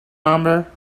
number